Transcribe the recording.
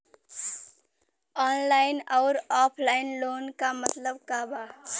Online अउर offline loan क मतलब का बा?